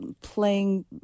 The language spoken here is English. playing